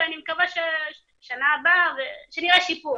ואני מקווה שבשנה הבאה שנראה שיפור.